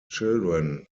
children